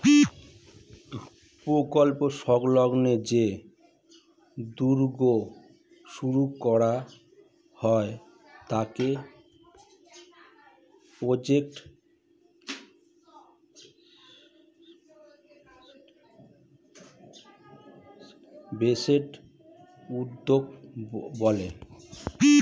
প্রকল্প সংলগ্ন যে উদ্যোগ শুরু করা হয় তাকে প্রজেক্ট বেসড উদ্যোগ বলে